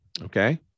okay